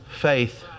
faith